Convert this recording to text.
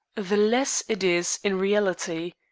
the less it is in reality.